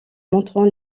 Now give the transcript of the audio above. montrant